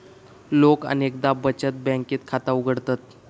लोका अनेकदा बचत बँकेत खाता उघडतत